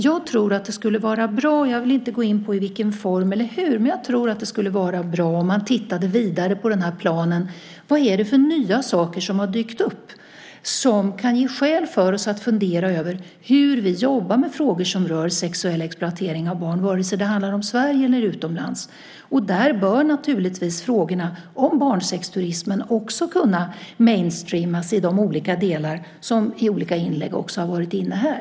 Jag vill inte gå in på i vilken form eller hur, men jag tror att det vore bra om man tittade vidare på den här planen för att se vilka nya saker som har dykt upp och som kan ge oss skäl att fundera över hur vi jobbar med frågor som rör sexuell exploatering av barn vare sig det gäller Sverige eller andra länder. Frågor om barnsexturism borde naturligtvis också kunna "mainstreamas" i de delar som har varit uppe i olika inlägg här.